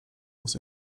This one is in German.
muss